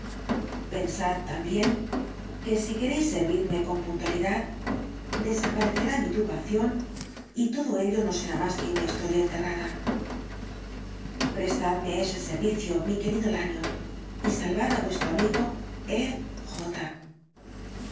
pensad también que si queréis servirme con puntualidad desaparecerá mi turbación y el dr jekyll todo ello no será más que una historia enterrada prestadme ese servicio mi querido lanyón y salvad á vuestro amigo e j